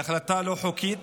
היא החלטה לא חוקית,